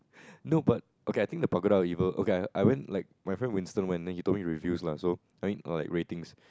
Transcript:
no but okay I think the Pagoda evil okay I I went like my friend Winston went then he told me reviews lah so I mean or like ratings